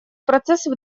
процессов